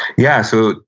yeah. so,